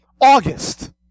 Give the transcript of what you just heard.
August